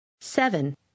Seven